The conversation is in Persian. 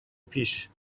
پیش